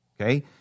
Okay